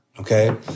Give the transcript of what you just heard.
Okay